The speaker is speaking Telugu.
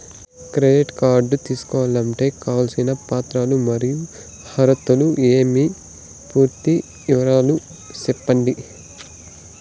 క్రెడిట్ కార్డు తీసుకోవాలంటే కావాల్సిన పత్రాలు మరియు అర్హతలు ఏమేమి పూర్తి వివరాలు సెప్పండి?